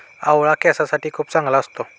आवळा केसांसाठी खूप चांगला असतो